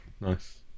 Nice